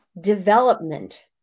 development